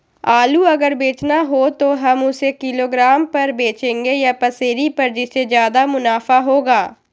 आलू अगर बेचना हो तो हम उससे किलोग्राम पर बचेंगे या पसेरी पर जिससे ज्यादा मुनाफा होगा?